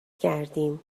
کردیم